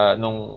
nung